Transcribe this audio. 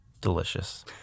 Delicious